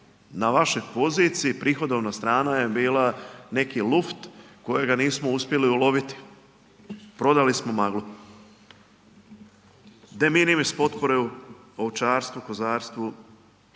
na vašoj poziciji prihodovna strana je bila neki luft kojega nismo uspjeli uloviti, prodali smo maglu. .../Govornik se ne razumije./... ovčarstvu, kozarstvu